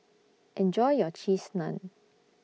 Enjoy your Cheese Naan